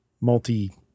multi